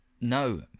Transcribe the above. no